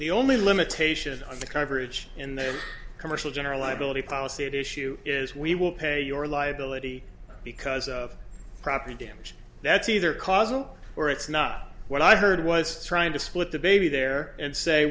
the only limitation on the coverage in the commercial generalize ability policy issue is we will pay your liability because of property damage that's either causal or it's not what i heard was trying to split the baby there and say